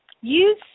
use